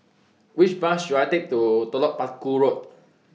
Which Bus should I Take to Telok Paku Road